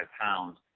pounds